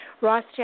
Ross